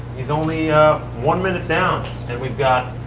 he's only one minute down and we've got